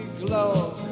glow